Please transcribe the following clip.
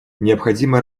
необходимо